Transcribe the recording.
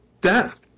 death